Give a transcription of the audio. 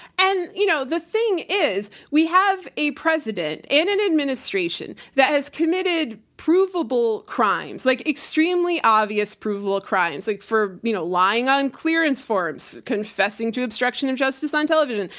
and you know the thing is, we have a president and an administration that has committed provable crimes, like extremely obvious, provable crimes like you know lying on clearance forms, confessing to obstruction of justice on television.